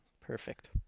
Perfect